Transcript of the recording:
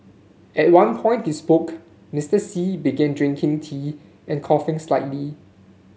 at one point he spoke Mister Xi began drinking tea and coughing slightly